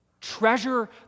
Treasure